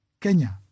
Kenya